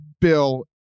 bill